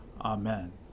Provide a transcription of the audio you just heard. Amen